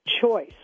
Choice